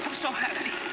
so happy.